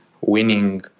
winning